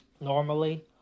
normally